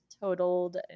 totaled